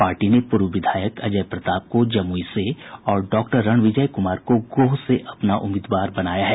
party ने पूर्व विधायक अजय प्रताप को जमुई से और डॉक्टर रणविजय कुमार को गोह से अपना उम्मीदवार बनाया है